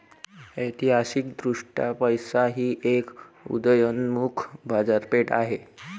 ऐतिहासिकदृष्ट्या पैसा ही एक उदयोन्मुख बाजारपेठ आहे